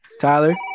Tyler